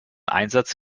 einsatz